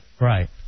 Right